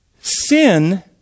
sin